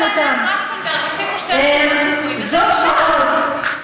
טרכטנברג, שתי נקודות זיכוי זאת ועוד,